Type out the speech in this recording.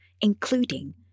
including